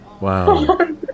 Wow